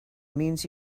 means